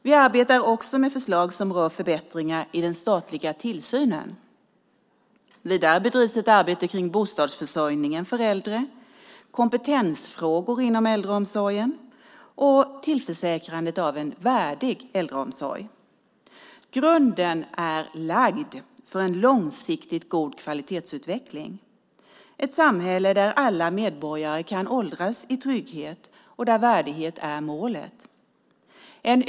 Vi arbetar också med förslag som rör förbättringar i den statliga tillsynen. Vidare bedrivs ett arbete med bostadsförsörjningen för äldre, kompetensfrågor inom äldreomsorgen och tillförsäkrandet av en värdig äldreomsorg. Grunden är lagd för en långsiktigt god kvalitetsutveckling - för ett samhälle där alla medborgare kan åldras i trygghet och där värdighet är målet.